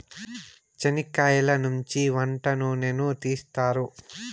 చనిక్కయలనుంచి వంట నూనెను తీస్తారు